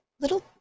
little